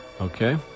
Okay